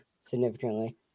significantly